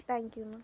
thank you Anna